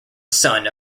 son